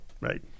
Right